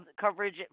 coverage